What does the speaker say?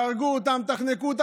להודות לך.